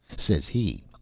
says he,